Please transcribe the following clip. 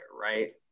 right